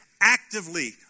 actively